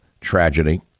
tragedy